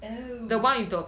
oh